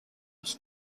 its